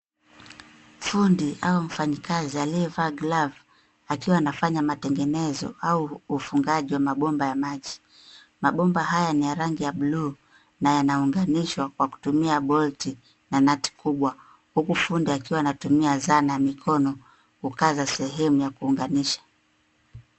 Fundi au mfanyikazi aliyevaa glovu akiwa anafanya matengenezo au ufungaji wa mabomba ya maji. Mabomba haya ni ya rangi ya bluu na yanaunganishwa kwa kutumia bolti na nati kubwa huku fundi akiwa anatumia sana mikono kukaza sehemu ya kuunganisha.